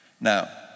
Now